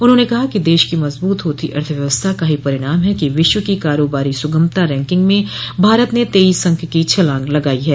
उन्होंने कहा कि देश की मजबूत होती अर्थव्यवस्था का ही परिणाम है कि विश्व की कारोबारी सुगमता रैंकिंग में भारत ने तेईस अंक की छलांग लगाई है